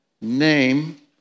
name